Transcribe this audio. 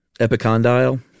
Epicondyle